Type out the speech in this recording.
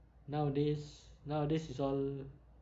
nowadays nowadays is all